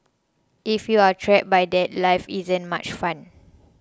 if you are trapped by that life isn't much fun